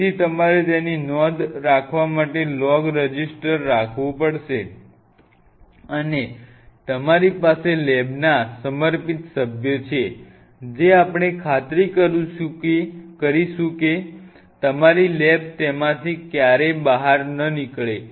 તેથી તમારે તેની નોંધ રાખવા માટે લૉગ રજિસ્ટર રાખવું પડશે અને તમારી પાસે લેબના સમર્પિત સભ્યો છે જે આપણે ખાતરી કરીશું કે તમારી લેબ તેમાંથી ક્યારેય બહાર ન નીકળે